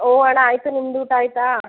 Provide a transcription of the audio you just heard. ಹ್ಞೂ ಅಣ್ಣ ಆಯಿತು ನಿಮ್ದು ಊಟ ಆಯಿತಾ